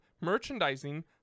merchandising